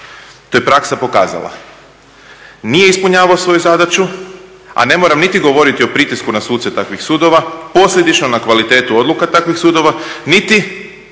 to je praksa pokazala. Nije ispunjavao svoju zadaću, a ne moram niti govoriti o pritisku na suce takvih sudova, posljedično na kvalitetu odluka takvih sudova, niti